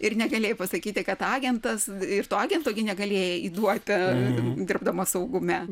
ir negalėjai pasakyti kad agentas ir to agento gi negalėjai įduoti dirbdamas saugume